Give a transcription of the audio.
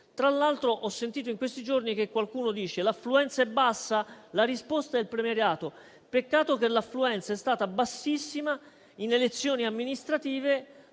Tra l'altro, ho sentito in questi giorni qualcuno sostenere: l'affluenza è bassa? La risposta è il premierato. Peccato che l'affluenza sia stata bassissima in elezioni amministrative,